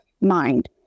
mind